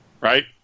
Right